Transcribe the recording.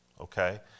Okay